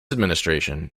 administration